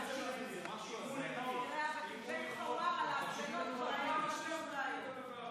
כי אז היו עלולים לחשוב שאני רומז לכנסת.